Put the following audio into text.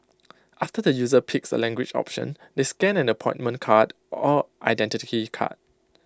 after the user picks A language option they scan an appointment card or Identity Card